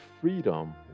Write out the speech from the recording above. freedom